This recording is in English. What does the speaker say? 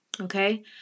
okay